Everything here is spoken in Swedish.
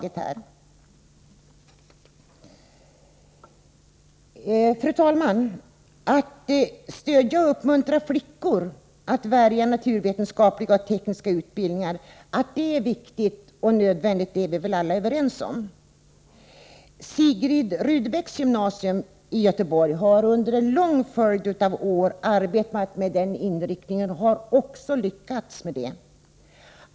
Att det är viktigt och nödvändigt att stödja och uppmuntra flickor att välja naturvetenskapliga och tekniska utbildningar är vi väl alla överens om. Sigrid Rudebecks gymnasium i Göteborg har under enlång följd av år arbetat med den inriktningen och har även lyckats.